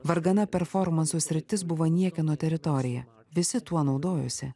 vargana performansų sritis buvo niekieno teritorija visi tuo naudojosi